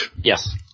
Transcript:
Yes